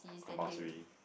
compulsory